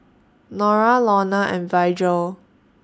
Norah Lorna and Virgel